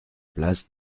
place